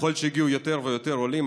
ככל שהגיעו יותר ויותר עולים,